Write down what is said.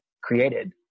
created